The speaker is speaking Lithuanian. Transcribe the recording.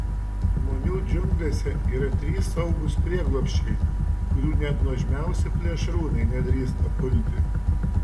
žmonių džiunglėse yra trys saugūs prieglobsčiai kurių net nuožmiausi plėšrūnai nedrįsta pulti